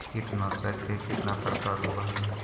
कीटनाशक के कितना प्रकार होव हइ?